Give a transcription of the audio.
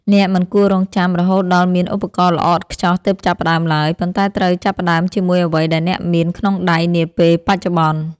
អ្នកមិនគួររង់ចាំរហូតដល់មានឧបករណ៍ល្អឥតខ្ចោះទើបចាប់ផ្តើមឡើយ ប៉ុន្តែត្រូវចាប់ផ្តើមជាមួយអ្វីដែលអ្នកមានក្នុងដៃនាពេលបច្ចុប្បន្ន។